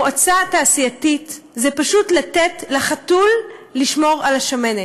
מועצה תעשייתית זה פשוט לתת לחתול לשמור על השמנת: